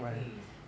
mm